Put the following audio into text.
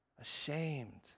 Ashamed